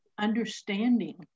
understanding